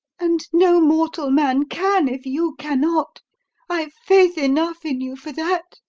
and no mortal man can if you cannot i've faith enough in you for that,